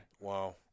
Wow